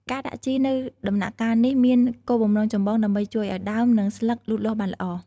ការដាក់ជីនៅដំណាក់កាលនេះមានគោលបំណងចម្បងដើម្បីជួយឱ្យ ដើម និងស្លឹក លូតលាស់បានល្អ។